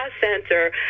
Center